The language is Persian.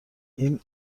این